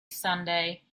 sunday